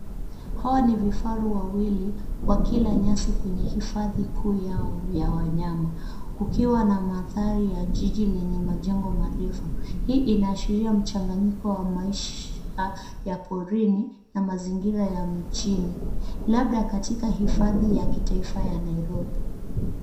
Hawa ni vifaru wawili wakila nyasi kwenye hifadhi kuu yao ya wanyama kukiwa na mandhari ya jiji lenye majengo marefu. Hii inaashiria mchanganyiko wa maisha ya porini na mazingira ya mijini labda katika hifadhi ya kitaifa ya Nairobi.